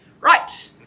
Right